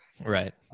Right